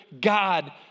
God